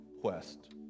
quest